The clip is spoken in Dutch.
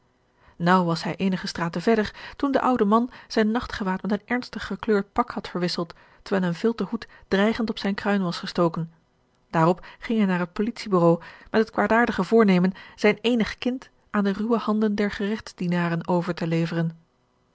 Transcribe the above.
naauw was hij eenige straten verder toen de oude man zijn nacht gewaad met een ernstig gekleurd pak had verwisseld terwijl een vilten hoed dreigend op zijne kruin was gestoken daarop ging hij naar het politie-bureau met het kwaadaardige voornemen zijn eenig kind aan de ruwe handen der geregtsdienaren over te leveren